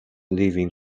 living